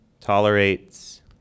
tolerates